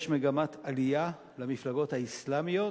יש מגמת עלייה של המפלגות האסלאמיות,